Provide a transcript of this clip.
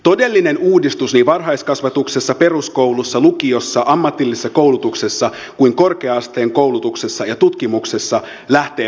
todellinen uudistus niin varhaiskasvatuksessa peruskoulussa lukiossa ammatillisessa koulutuksessa kuin korkea asteen koulutuksessa ja tutkimuksessakin lähtee panostuksista